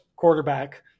quarterback